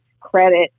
credit